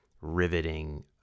riveting